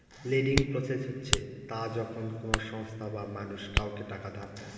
lending process হচ্ছে তা যখন কোনো সংস্থা বা মানুষ কাউকে টাকা ধার দেয়